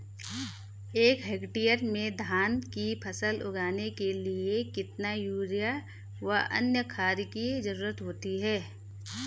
एक हेक्टेयर में धान की फसल उगाने के लिए कितना यूरिया व अन्य खाद की जरूरत होती है?